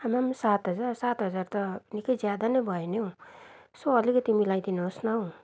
आम्माम सात हजार सात हजार त निकै ज्यादा नै भयो नि हौ यसो अलिकति मिलाइदिनु होस् न हौ